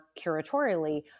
curatorially